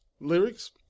lyrics